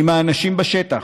עם האנשים בשטח,